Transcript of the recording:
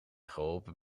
geholpen